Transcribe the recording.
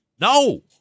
No